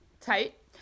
tight